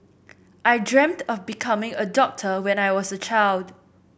I dreamt of becoming a doctor when I was child